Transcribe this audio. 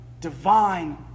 divine